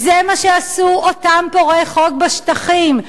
זה מה שעשו אותם פורעי חוק בשטחים,